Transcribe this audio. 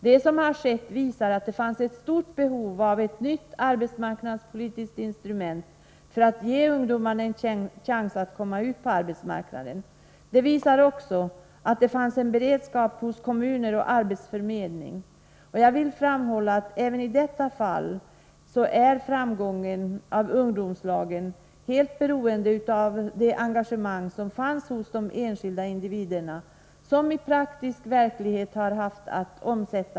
Vad som skett visar att det fanns ett stort behov av ett nytt arbetsmarknadspolitiskt instrument för att ge ungdomarna en chans att komma ut på arbetsmarknaden. Det visar också att det fanns en beredskap hos kommuner och arbetsförmedlingar. Jag vill framhålla att även i detta fall är framgången med ungdomslagen helt beroende av det engagemang som fanns hos de enskilda individer som har haft att omsätta lagen i praktisk verklighet.